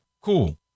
Cool